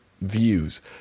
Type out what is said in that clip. views